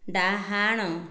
ଡାହାଣ